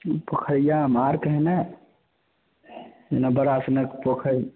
ई पोखरिआ आर कहेंं नहि नहि बरास नहि पोखरि